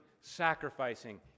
sacrificing